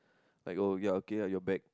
like oh you are working you are back